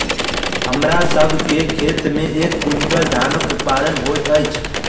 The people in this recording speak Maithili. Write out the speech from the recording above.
हमरा सभ के खेत में एक क्वीन्टल धानक उत्पादन होइत अछि